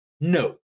No